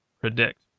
predict